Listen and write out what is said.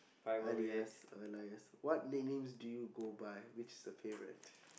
Alias or Alias what nicknames do you go by which is your favourite